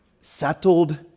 settled